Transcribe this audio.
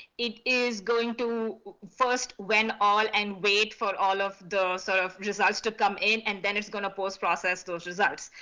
it is going to first when all, and wait for all of those sort of just asked to come in and then it's going to post-process those results.